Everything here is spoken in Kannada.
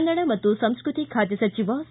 ಕನ್ನಡ ಮತ್ತು ಸಂಸ್ಟ್ರತಿ ಖಾತೆ ಸಚಿವ ಸಿ